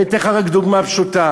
ואתן לך רק דוגמה פשוטה: